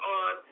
on